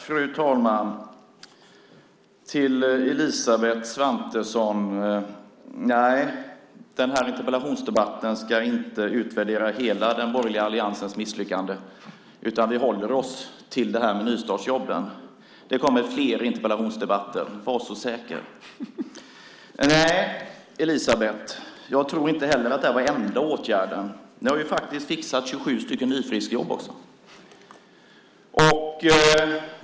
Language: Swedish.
Fru talman! Till Elisabeth Svantesson: Nej, den här interpellationsdebatten ska inte utvärdera hela den borgerliga alliansens misslyckande, utan vi håller oss till detta med nystartsjobben. Det kommer fler interpellationsdebatter, var så säker! Nej, Elisabeth, jag tror inte heller att det här är den enda åtgärden. Ni har ju faktiskt fixat 27 nyfriskjobb också.